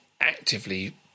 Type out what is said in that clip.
actively